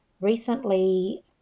recently